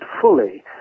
fully